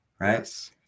Right